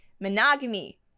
monogamy